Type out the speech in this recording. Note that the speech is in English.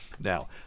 Now